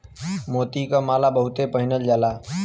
मोती क माला बहुत पहिनल जाला